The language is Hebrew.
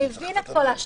הוא הבין את כל ההשלכות,